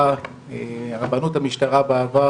הרבנות המשטרה בעבר,